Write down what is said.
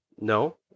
No